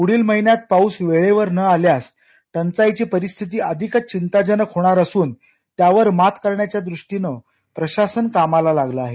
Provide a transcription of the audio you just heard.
पुढील महिन्यात पाऊस वेळेवर न आल्यास टंचाईची परिस्थिती अधिकच चिंताजनक होणार असून त्यावर मात करण्यासाठी प्रशासन कामाला लागलं आहे